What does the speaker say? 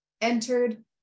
entered